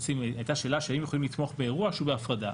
הייתה שאלה האם הם יכולים לתמוך באירוע שהוא בהפרדה?